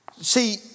See